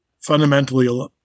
fundamentally